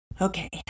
Okay